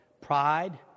pride